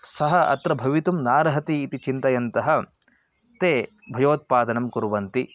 सः अत्र भवितुं नार्हति इति चिन्तयन्तः ते भयोत्पादनं कुर्वन्ति